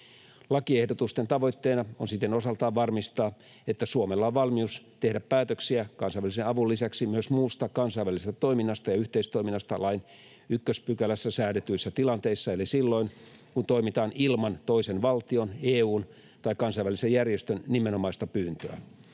Lakiehdotusten tavoitteena on siten osaltaan varmistaa, että Suomella on valmius tehdä päätöksiä kansainvälisen avun lisäksi muusta kansainvälisestä toiminnasta ja yhteistoiminnasta lain 1 §:ssä säädetyissä tilanteissa eli silloin, kun toimitaan ilman toisen valtion, EU:n tai kansainvälisen järjestön nimenomaista pyyntöä.